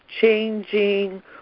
changing